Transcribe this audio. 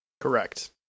Correct